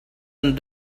and